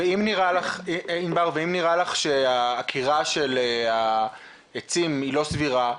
ואם נראה לך שעקירת העצים לא סבירה?